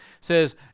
says